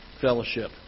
fellowship